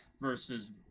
versus